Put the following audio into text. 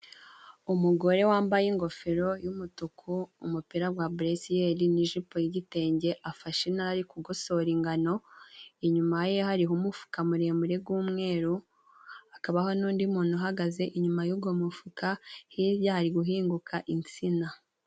Umugore wambaye ingofero y'umutuku, umupira gwa bulesiyeri n'ijipo y'igitenge, afashe intara ari kugosora ingano, inyuma ye hariho umufuka muremure g'umweru, hakabaho n'undi muntu uhagaze inyuma y'ugo mufuka, hirya hari guhinguka insina.